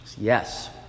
Yes